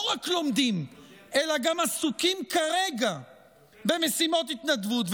לא רק לומדים אלא גם עסוקים כרגע במשימות התנדבות.